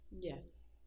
Yes